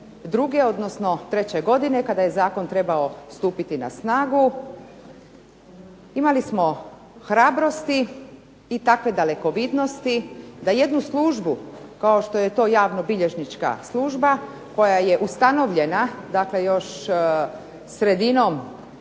2002. odnosno '03. godine kada je zakon trebao stupiti na snagu, imali smo hrabrosti i takve dalekovidnosti da jednu službu kao što je to javnobilježnička služba koja je ustanovljena još sredinom